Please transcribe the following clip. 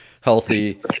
healthy